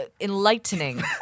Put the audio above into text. enlightening